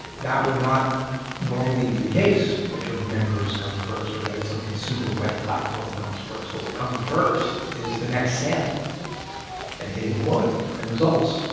that would not normally be the case, that your members come first or that some consumer web platform comes first. what would come first is the next sale and hitting quota and results.